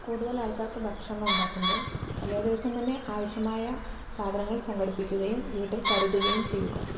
കൂടുതൽ ആൾക്കാർക്ക് ഭക്ഷണം ഉണ്ടാക്കുമ്പോൾ തലേ ദിവസം തന്നെ ആവശ്യമായ സാധനങ്ങൾ സംഘടിപ്പിക്കുകയും വീട്ടിൽ കരുതുകയും ചെയ്യുക